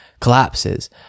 collapses